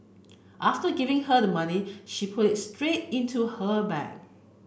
after giving her the money she put it straight into her bag